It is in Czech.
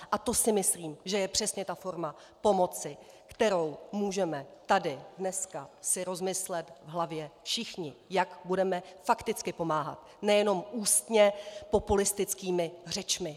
A to si myslím, že je přesně ta forma pomoci, kterou můžeme tady dneska si rozmyslet v hlavě všichni, jak budeme fakticky pomáhat, nejenom ústně populistickými řečmi!